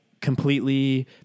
completely